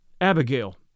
Abigail